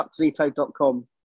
chuckzito.com